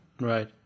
Right